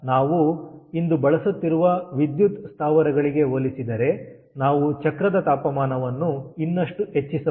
ಆದ್ದರಿಂದ ನಾವು ಇಂದು ಬಳಸುತ್ತಿರುವ ವಿದ್ಯುತ್ ಸ್ಥಾವರಗಳಿಗೆ ಹೋಲಿಸಿದರೆ ನಾವು ಚಕ್ರದ ತಾಪಮಾನವನ್ನು ಇನ್ನಷ್ಟು ಹೆಚ್ಚಿಸಬಹುದು